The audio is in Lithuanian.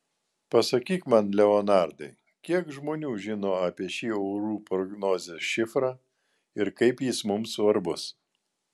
pasakyk man leonardai kiek žmonių žino apie šį orų prognozės šifrą ir kaip jis mums svarbus